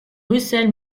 russell